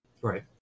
right